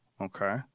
Okay